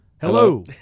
Hello